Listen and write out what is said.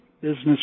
business